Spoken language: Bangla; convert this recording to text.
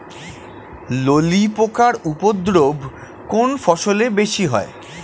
ললি পোকার উপদ্রব কোন ফসলে বেশি হয়?